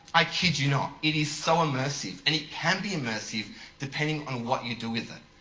i kid you not, it is so immersive and it can be immersive depending on what you do with it.